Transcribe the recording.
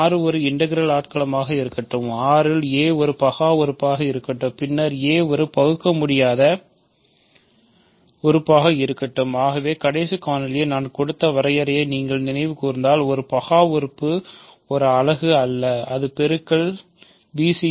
R ஒரு integral ஆட்களமாக இருக்கட்டும் R இல் a ஒரு பகா உறுப்பாக இருக்கட்டும் பின்னர் a ஒரு பகுக்கமுடியாத உறுப்பாக இருக்கட்டும் ஆகவே கடைசி காணொளியில் நான் கொடுத்த வரையறையை நீங்கள் நினைவு கூர்ந்தால் ஒரு பகா உறுப்பு ஒரு அலகு அல்ல அது ஒரு பெருக்கல் bc